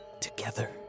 Together